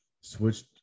switched